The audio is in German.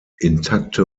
intakte